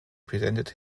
presented